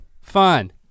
fun